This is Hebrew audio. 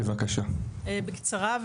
בקצרה,